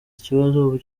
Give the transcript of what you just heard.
ikibazo